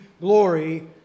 glory